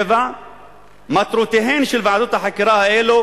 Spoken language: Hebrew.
6. מטרותיהן של ועדות החקירה האלו